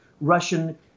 Russian